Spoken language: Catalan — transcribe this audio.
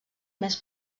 més